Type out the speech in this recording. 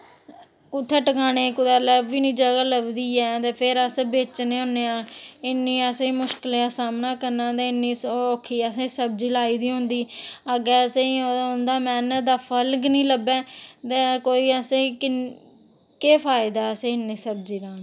कुत्थै टकानी कुदै लै ओह्बी जगह निं लभदी ते फिर अस बेचने होन्ने आं ते इन्नी असें मुश्कलां दा सामना करना पौंदा ते ओह् असें सब्ज़ी लाई दी होंदी अग्गै असेंगी उंदा मैह्नत दा फल गै निं लब्भै ते कोई असेंगी किन्नी ते केह् फायदा असेंगी इन्नी सब्जी लाने दा